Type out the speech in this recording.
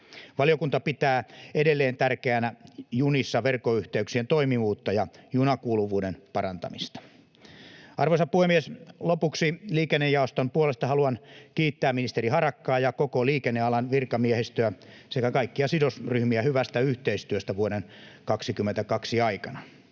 Valiokunta pitää edelleen tärkeänä verkkoyhteyksien toimivuutta junissa ja junakuuluvuuden parantamista. Arvoisa puhemies! Lopuksi liikennejaoston puolesta haluan kiittää ministeri Harakkaa ja koko liikennealan virkamiehistöä sekä kaikkia sidosryhmiä hyvästä yhteistyöstä vuoden 22 aikana.